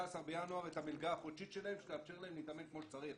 בינואר את המלגה החודשית שלהם שתאפשר להם להתאמן כמו שצריך.